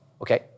okay